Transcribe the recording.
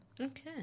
Okay